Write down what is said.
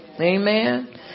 Amen